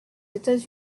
états